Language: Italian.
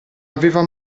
aveva